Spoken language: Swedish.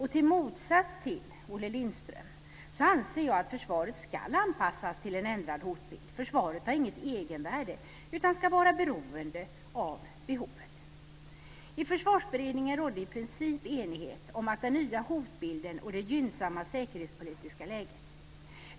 I motsats till Olle Lindström anser jag att försvaret ska anpassas till en ändrad hotbild. Försvaret har inget egenvärde utan ska vara beroende av behovet. I Försvarsberedningen rådde i princip enighet om den nya hotbilden och det gynnsamma säkerhetspolitiska läget.